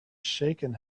shaken